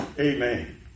Amen